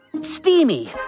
steamy